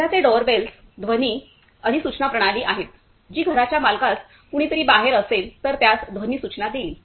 सध्याचे डोरबल्स ध्वनी अधिसूचना प्रणाली आहेत जी घराच्या मालकास कुणीतरी बाहेर असेल तर त्यास ध्वनी सूचना देईल